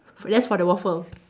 f~ just for the waffle